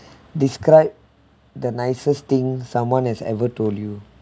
describe the nicest thing someone has ever told you